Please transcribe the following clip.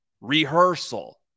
rehearsal